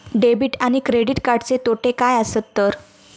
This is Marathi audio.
डेबिट आणि क्रेडिट कार्डचे तोटे काय आसत तर?